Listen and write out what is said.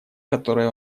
которой